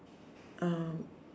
um